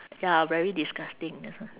ya very disgusting that's why